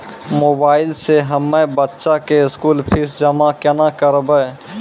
Mobile से हम्मय बच्चा के स्कूल फीस जमा केना करबै?